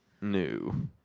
new